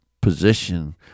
position